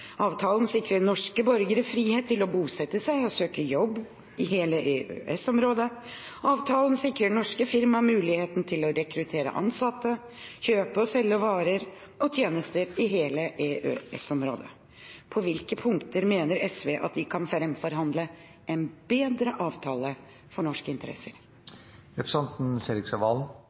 Avtalen sikrer norske borgere frihet til å bosette seg og søke jobb i hele EØS-området. Avtalen sikrer norske firmaer muligheten til å rekruttere ansatte, kjøpe og selge varer og tjenester i hele EØS-området. Spørsmålet mitt er: På hvilke punkter mener SV at de kan framforhandle en bedre avtale for norske